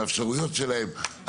והאפשרויות שלהן,